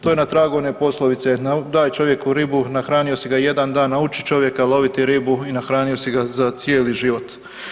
To je na tragu one poslovice, daj čovjeku ribu nahranio si ga jedan dan, nauči čovjeka loviti ribu i nahranio si ga za cijeli život.